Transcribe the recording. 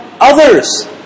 others